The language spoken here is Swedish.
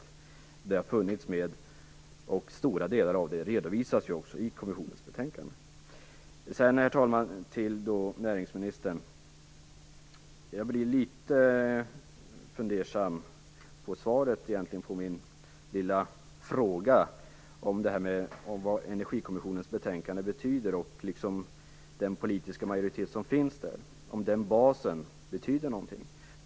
Underlagen har alltså funnits med och stora delar av dessa redovisas ju också i kommissionens betänkande. Jag blir litet fundersam över näringsministerns svar på min lilla fråga om vad Energikommissionens betänkande och dess politiska majoritet har för betydelse. Betyder den basen någonting?